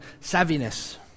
savviness